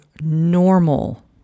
normal